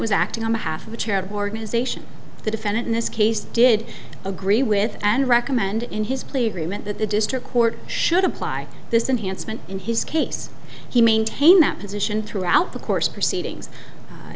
was acting on behalf of a charitable organization the defendant in this case did agree with and recommend in his plea agreement that the district court should apply this enhanced meant in his case he maintained that position throughout the course proceedings